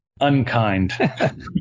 Unkind